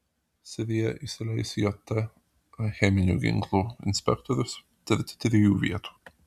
sirija įsileis jt cheminių ginklų inspektorius tirti trijų vietų